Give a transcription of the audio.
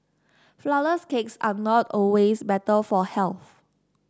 flourless cakes are not always better for health